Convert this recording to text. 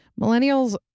Millennials